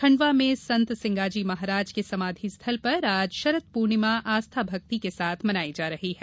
खंडवा में संत सिंगाजी महाराज के समाधि स्थल पर आज शरद पूर्णिमा आस्था भक्ति के साथ मनाई जा रही है